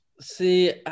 See